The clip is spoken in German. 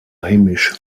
heimisch